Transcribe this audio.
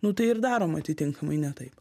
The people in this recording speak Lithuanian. nu tai ir darom atitinkamai ne taip